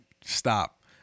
Stop